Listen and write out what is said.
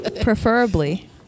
Preferably